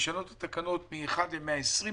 לשנות את התקנות ממכשיר אחד ל-120,000,